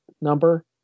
number